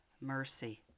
mercy